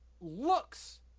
looks